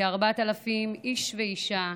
כ-4,000 איש ואישה,